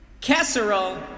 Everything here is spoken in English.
casserole